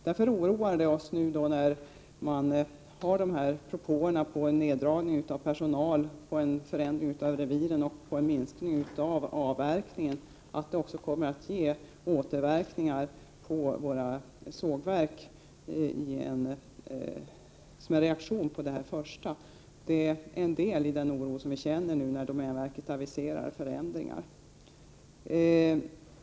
Därför är vi oroliga, när det kommer propåer om en neddragning av personal, en förändring av reviren och en minskning av avverkningen, och vi befarar att detta också kommer att ge återverkningar på sågverken som en reaktion. Det är en del av den oro som vi känner när domänverket aviserar förändringar.